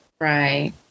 Right